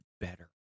better